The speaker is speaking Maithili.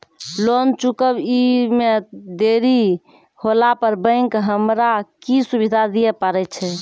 लोन चुकब इ मे देरी होला पर बैंक हमरा की सुविधा दिये पारे छै?